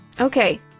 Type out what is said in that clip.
Okay